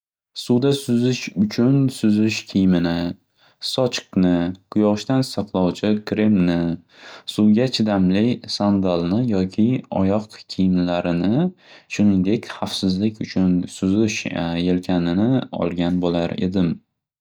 Suvda suzish uchun suzish kiymini, sochiqni, quyoshdan saqlovchi kremni, suvga chiqamli sandvalni yoki oyoq kiyimlarini, shuningdek xavfsizlik uchun suzish yelkanini olgan bo'lar edim.